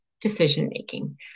decision-making